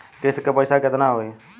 किस्त के पईसा केतना होई?